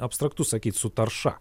abstraktu sakyt su tarša